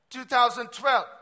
2012